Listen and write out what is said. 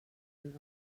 and